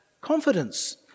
confidence